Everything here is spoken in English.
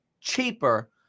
cheaper